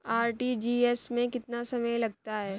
RTGS में कितना समय लगता है?